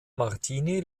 martini